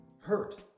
hurt